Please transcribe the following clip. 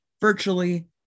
virtually